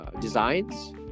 designs